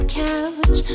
couch